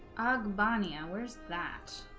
ag banya where's that